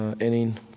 inning